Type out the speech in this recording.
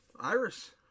Iris